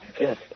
yes